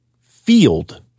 field